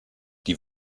die